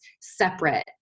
separate